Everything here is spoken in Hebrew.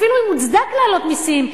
אפילו אם מוצדק להעלות מסים,